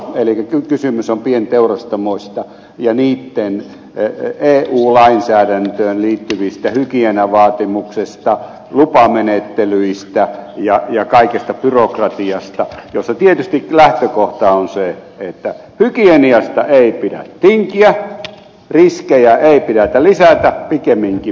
elikkä kysymys on pienteurastamoista ja niitten eu lainsäädäntöön liittyvistä hygieniavaatimuksista lupamenettelyistä ja kaikesta byrokratiasta jossa tietysti lähtökohta on se että hygieniasta ei pidä tinkiä riskejä ei pidä lisätä pikemminkin vähentää